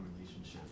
relationship